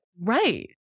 right